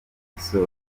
mobisol